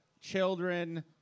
children